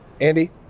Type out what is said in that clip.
Andy